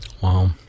Wow